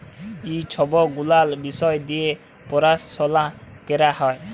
ই ছব গুলাল বিষয় দিঁয়ে পরাশলা ক্যরা হ্যয়